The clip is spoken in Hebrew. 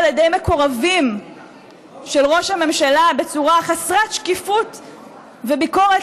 ידי מקורבים של ראש הממשלה בצורה חסרת שקיפות וביקורת,